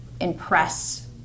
impress